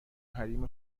حریم